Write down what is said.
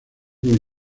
muy